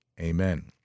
Amen